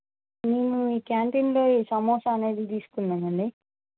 మేము మీ కాంటీన్లో సమోసా అనేది తీసుకున్నామండి